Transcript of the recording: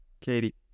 katie